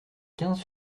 quinze